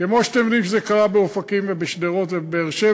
כמו שאתם יודעים שזה קרה באופקים ובשדרות ובבאר-שבע,